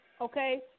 okay